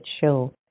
show